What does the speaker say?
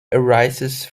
arises